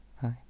Hi